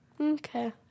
Okay